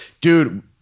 dude